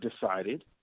decided